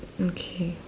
okay